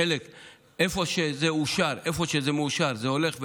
איפה שזה מאושר זה הולך,